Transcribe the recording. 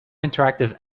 interactive